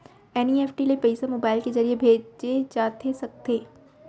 NEFT ले पइसा mobile के ज़रिए भेजे जाथे सकथे?